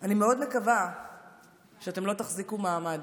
אני מאוד מקווה שאתם לא תחזיקו מעמד.